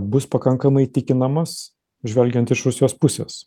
bus pakankamai įtikinamas žvelgiant iš rusijos pusės